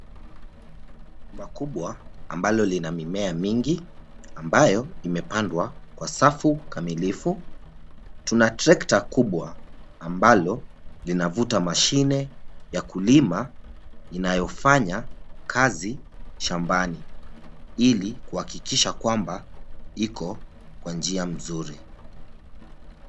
Shamba kubwa ambalo lina mimea mingi ambayo impeandwa kwa safu kamilifu. Tuna trekta kubwa ambalo linavuta mashine ya kulima inayofanya kazi shambani ili kuhakikisha kwamba iko kwa njia mzuri.